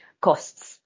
costs